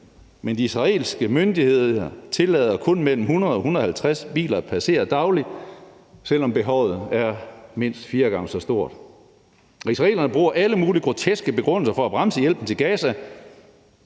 men de israelske myndigheder tillader kun mellem 100 og 150 biler at passere dagligt, selv om behovet er mindst fire gange så stort. Israelerne bruger alle mulige groteske begrundelser for at bremse hjælpen til Gaza,